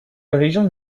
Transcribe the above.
original